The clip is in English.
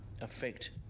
affect